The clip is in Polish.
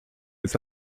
jest